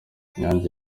inyange